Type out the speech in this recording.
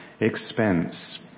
expense